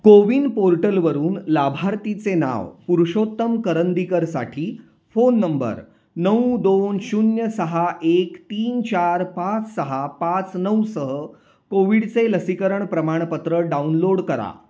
को विन पोर्टलवरून लाभार्थीचे नाव पुरुषोत्तम करंदीकरसाठी फोन नंबर नऊ दोन शून्य सहा एक तीन चार पाच सहा पाच नऊ सह कोविडचे लसीकरण प्रमाणपत्र डाउनलोड करा